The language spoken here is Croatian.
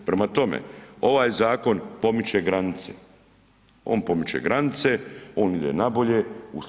Prema tome, ovaj zakon pomiče granice, on pomiče granice, on ide nabolje.